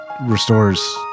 restores